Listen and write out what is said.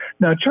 Now